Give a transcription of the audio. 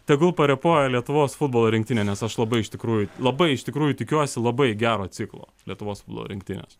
tegul parepuoja lietuvos futbolo rinktinė nes aš labai iš tikrųjų labai iš tikrųjų tikiuosi labai gero ciklo lietuvos futbolo rinktines